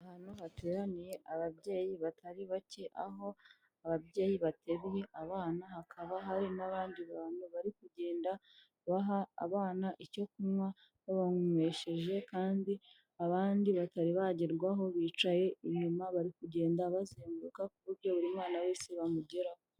Ahantu hateraniye ababyeyi batari bake aho ababyeyi bateruye abana hakaba hari n'abandi bantu bari kugenda baha abana icyo kunywa bababanywesheje kandi abandi batari bagerwaho bicaye inyuma bari kugenda bazenguruka ku buryo buri mwana wese bamugeraho.